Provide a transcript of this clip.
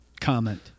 comment